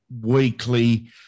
weekly